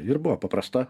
ir buvo paprasta